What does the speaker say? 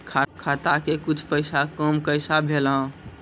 खाता के कुछ पैसा काम कैसा भेलौ?